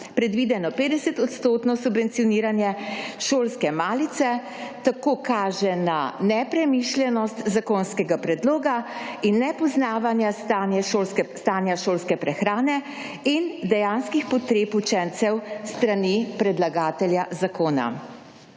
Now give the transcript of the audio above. (nadaljevanje) subvencioniranje šolske malice. Tako kaže na nepremišljenost zakonskega predloga in nepoznavanje stanja šolske prehrane in dejanskih potreb učencev s strani predlagatelja zakona.